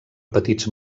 petits